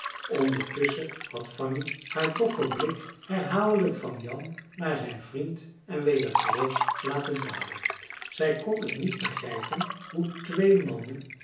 ondertusschen had fanny haar doffen blik herhaaldelijk van jan naar zijn vriend en weder terug laten dwalen zij kon het niet begrijpen hoe twee mannen